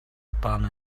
spun